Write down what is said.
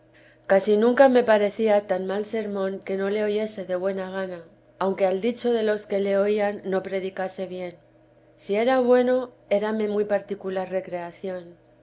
casi nunca me parecía tan mal sermón que no le oyese de buena gana aunque al dicho de los que le oían no predicase bien si era bueno érame muy particular recreación